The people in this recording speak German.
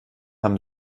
haben